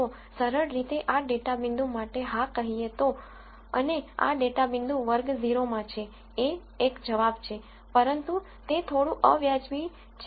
તો સરળ રીતે આ ડેટા પોઇન્ટ માટે હા કહીએ તો અને આ ડેટા પોઇન્ટ વર્ગ 0 માં છે એ એક જવાબ છે પરંતુ તે થોડું આવ્યાજબી છે